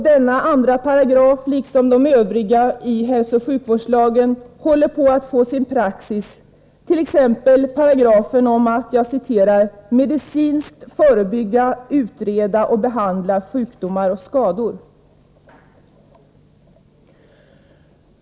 2 § liksom de övriga paragraferna i hälsooch sjukvårdslagen håller på att få sin praxis, t.ex. paragrafen om att ”medicinskt förebygga, utreda och behandla sjukdomar och skador”.